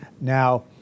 Now